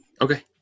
Okay